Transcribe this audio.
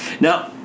Now